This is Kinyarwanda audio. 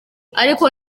ariko